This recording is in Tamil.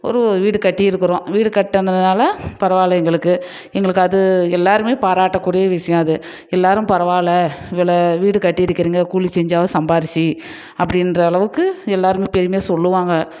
ஒரு வீடு கட்டி இருக்கிறோம் வீடு கட்டந்ததுனால் பரவாயில்லை எங்களுக்கு எங்களுக்கு அது எல்லாேருமே பாராட்டக்கூடிய விஷயம் அது எல்லாேரும் பரவாயில்லை இவ்வளோ வீடு கட்டியிருக்கிறீங்க கூலி செஞ்சாவது சம்பாதிச்சி அப்படின்ற அளவுக்கு எல்லாேருமே பெருமையாக சொல்வாங்க